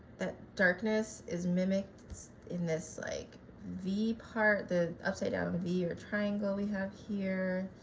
that darkness is mimicked in this like v part, the upside down v or triangle we have here